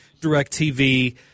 DirecTV